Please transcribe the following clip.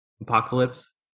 Apocalypse